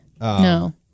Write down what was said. No